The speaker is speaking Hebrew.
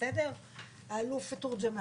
האלוף תורג'מן